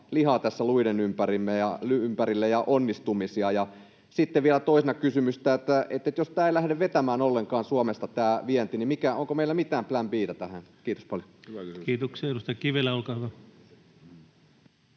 lihaa luiden ympärille ja onnistumisia? Sitten vielä toisena kysymys, että jos tämä vienti ei lähde vetämään ollenkaan Suomesta, niin onko meillä mitään plan B:tä tähän? — Kiitos paljon. [Speech 91] Speaker: